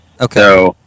Okay